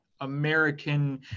American